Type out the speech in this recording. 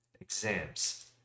exams